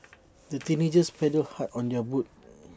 the teenagers paddled hard on their boat